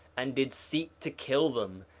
and did seek to kill them,